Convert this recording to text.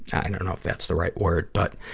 i dunno if that's the right word, but,